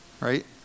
right